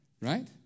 right